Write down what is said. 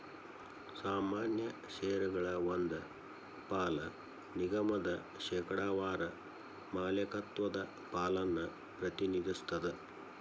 ಸಾಮಾನ್ಯ ಷೇರಗಳ ಒಂದ್ ಪಾಲ ನಿಗಮದ ಶೇಕಡಾವಾರ ಮಾಲೇಕತ್ವದ ಪಾಲನ್ನ ಪ್ರತಿನಿಧಿಸ್ತದ